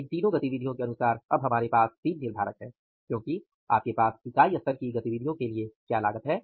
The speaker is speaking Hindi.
इन 3 गतिविधियों के अनुसार अब हमारे पास 3 निर्धारक हैं क्योंकि आपके पास इकाई स्तर की गतिविधियों के लिए क्या लागत क्या है